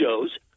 shows